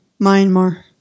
Myanmar